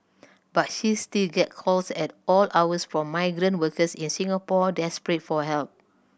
but she still gets calls at all hours from migrant workers in Singapore desperate for help